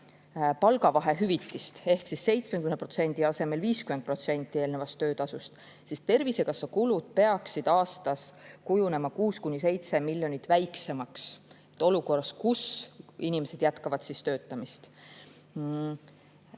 palgavahe hüvitist ehk 70% asemel 50% eelnevast töötasust, peaksid Tervisekassa kulud aastas kujunema 6–7 miljonit väiksemaks. Seda olukorras, kus inimesed jätkavad töötamist.